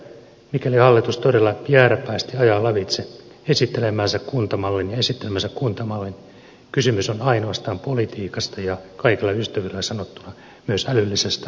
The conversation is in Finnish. totean selkeästi sen että mikäli hallitus todella jääräpäisesti ajaa lävitse esittämänsä kuntamallin kysymys on ainoastaan politiikasta ja kaikella ystävyydellä sanottuna myös älyllisestä laiskuudesta